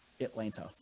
Atlanta